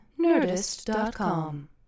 Nerdist.com